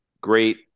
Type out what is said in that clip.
Great